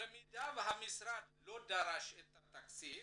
במידה והמשרד לא דרש את התקציב